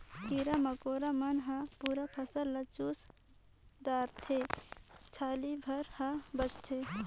कीरा मकोरा मन हर पूरा फसल ल चुस डारथे छाली भर हर बाचथे